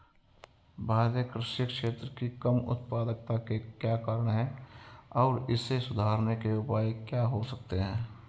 भारतीय कृषि क्षेत्र की कम उत्पादकता के क्या कारण हैं और इसे सुधारने के उपाय क्या हो सकते हैं?